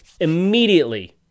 immediately